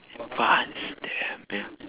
advanced damn damn